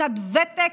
שנת ותק,